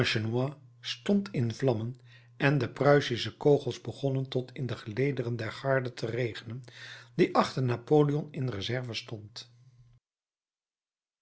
stond in vlammen en de pruisische kogels begonnen tot in de gelederen der garde te regenen die achter napoleon in reserve stond